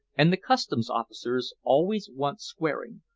and the customs officers always want squaring,